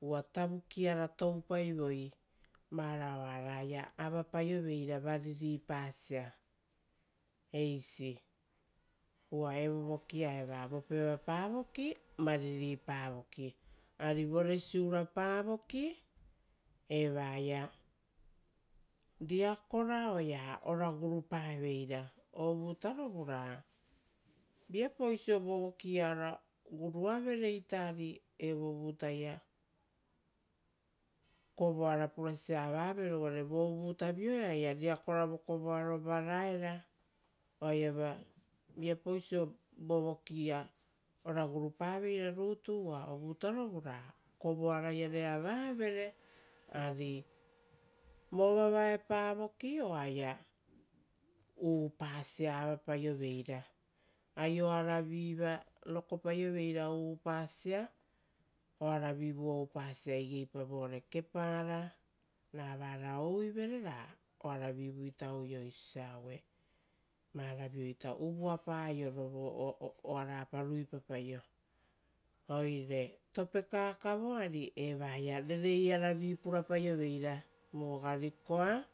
Uva tavukiara toupaivoi varao oaraia avapaioveira variripasia eisi. Uva evovoki-ia eva vopevapa voki variripa voki. Voresiurapa voki, evaia riakora oea ora gurupa veira, ovutarovu ra viapau oisio vovoki-ia ora guruavere ari evo vutaia kovoara purasia avavere uvare vovutavioia oaia riakora vokovoaro varaera oaiava vovokia viapau oisio ora gurupaveira rutu, uva ovutaro ra kovoara iare avavere. Ari vovavaepa voki oaia uupasia avapaioveira, aioara viva rokopaioveira uupasia, oaravivu oupasia igeipa vore kepara, rara aioara vorivorivere ra oaravivuita auiovere ra oaravivuita ouiovere ruipapaio. Oire topekakavo ari evaia rereiaravi purapaioveira vo garikoa,